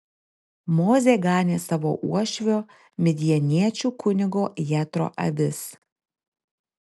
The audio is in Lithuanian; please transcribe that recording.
mozė ganė savo uošvio midjaniečių kunigo jetro avis